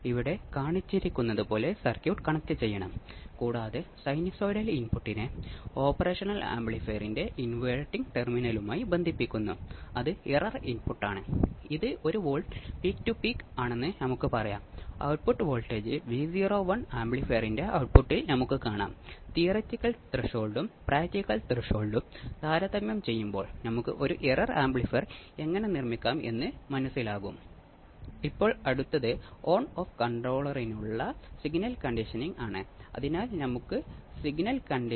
ഇവിടെ കാണിച്ചിരിക്കുന്നതെന്താണെന്ന് നമുക്ക് നോക്കാം ഉപയോഗിച്ച ആംപ്ലിഫയർ നൂറ്റി എൺപത് ഡിഗ്രി ഫേസ് മാറ്റത്തിന് കാരണമാകുന്നുവെങ്കിൽ ബാർഖൌസെൻ ക്രൈറ്റീരിയൻ നിറവേറ്റുന്നതിന് ഫീഡ്ബാക്ക് നെറ്റ്വർക്ക് 180 ഡിഗ്രി നൽകണം കാരണം ഇൻപുട്ട് ഫേസ് ഇൻപുട്ടിലേക്ക് തിരികെ നൽകുന്ന ഫീഡ്ബാക്ക് ആയിരിക്കണം എന്നാണ് ബാർഖൌസെൻ ക്രൈറ്റീരിയൻ